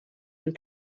and